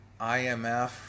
imf